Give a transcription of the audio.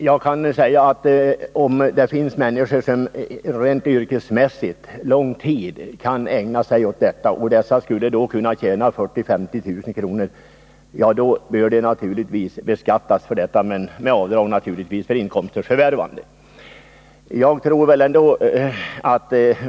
Herr talman! Om det finns människor som rent yrkesmässigt under lång tid kan ägna sig åt bärplockning och som då kan tjäna 40 000-50 000 kr. bör de givetvis beskattas för detta — naturligtvis med avdrag för utgifter för inkomsternas förvärvande.